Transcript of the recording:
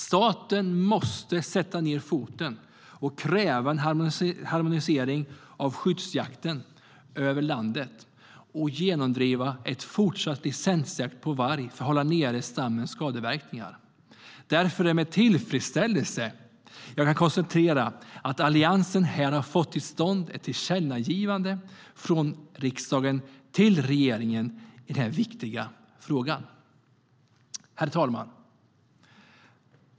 Staten måste sätta ned foten, kräva en harmonisering av skyddsjakten över landet och genomdriva en fortsatt licensjakt på varg för att hålla nere stammens skadeverkningar. Därför är det med tillfredsställelse jag kan konstatera att Alliansen fått till stånd ett tillkännagivande från riksdagen till regeringen i den här viktiga frågan. Herr talman!